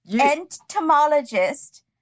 entomologist